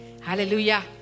Hallelujah